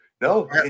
No